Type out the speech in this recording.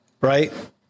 Right